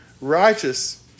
righteous